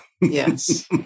Yes